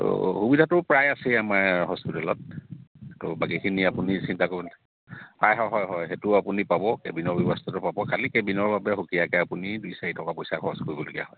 ত' সুবিধাটো প্ৰায় আছেই আমাৰ হস্পিটেলত ত' বাকীখিনি আপুনি চিন্তা কৰি হয় হয় হয় হয় সেইটোও আপুনি পাব কেবিনৰ ব্যৱস্থাটো পাব খালি কেবিনৰ বাবে সুকীয়াকৈ আপুনি দুই চাৰি টকা পইচা খৰচ কৰিবলগীয়া হয়